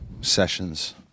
sessions